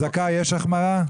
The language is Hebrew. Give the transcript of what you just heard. זכאי, יש החמרה?